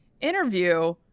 interview